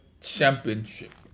championship